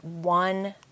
one